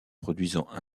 produisant